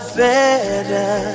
better